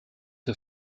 der